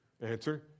Answer